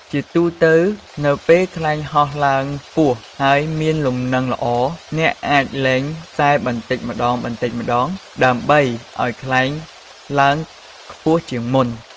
ជាទូទៅ នៅពេលខ្លែងហោះឡើងខ្ពស់ហើយមានលំនឹងល្អ អ្នកអាចលែងខ្សែបន្តិចម្តងៗ ដើម្បីឱ្យខ្លែងឡើងខ្ពស់ជាងមុន។